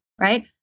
right